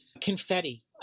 confetti